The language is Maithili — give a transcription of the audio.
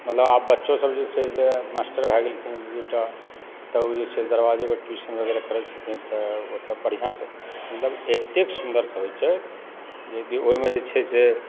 मतलब आब बच्चो सभ जे छै से मास्टर भए गेलखिन दूटा तब जे छै दरवाजेपर ट्यूशन वगैरह करै छथिन तऽ ओतय बढ़िआँ सँ मतलब एतेक सुन्दरसँ होइ छै जेकि ओहिमे जे छै से